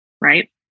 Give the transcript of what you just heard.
right